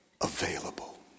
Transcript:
available